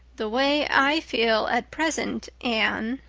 the way i feel at present, anne,